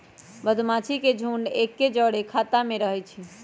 मधूमाछि के झुंड एके जौरे ख़ोता में रहै छइ